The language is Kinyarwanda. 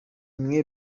mwe